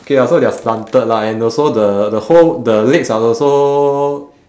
okay ah so they are slanted lah and also the the whole the legs are also